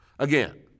Again